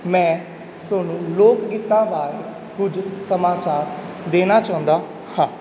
ਮੈਂ ਸੋਨੂ ਲੋਕ ਗੀਤਾਂ ਬਾਰੇ ਕੁਝ ਸਮਾਚਾਰ ਦੇਣਾ ਚਾਹੁੰਦਾ ਹਾਂ